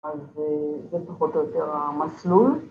‫אז זה פחות או יותר המסלול.